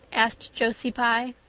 asked josie pye.